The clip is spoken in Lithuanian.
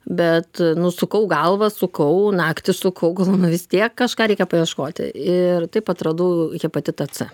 bet nu sukau galvą sukau naktį sukau galv nu vis tiek kažką reikia paieškoti ir taip atradau hepatitą c